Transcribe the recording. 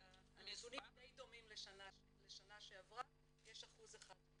כרגע הנתונים די דומים לשנה שעברה, יש 1% של